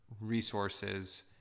resources